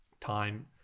time